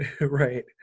Right